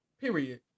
Period